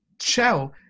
shell